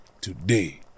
Today